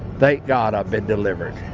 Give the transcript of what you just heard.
thank god i've been delivered.